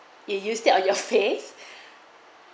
you use that on your face